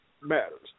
matters